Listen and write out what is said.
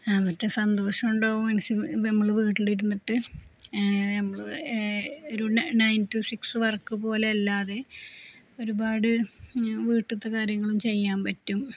മറ്റേതു സന്തോഷം ഉണ്ടാവും നമ്മള് വീട്ടിലിരുന്നിട്ടു നമ്മള് ഒരു നയൻ ടു സിക്സ് വർക്ക് പോലെയല്ലാതെ ഒരുപാട് വീട്ടിലത്തെ കാര്യങ്ങളും ചെയ്യാൻ പറ്റും